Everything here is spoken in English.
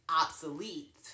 obsolete